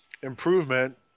improvement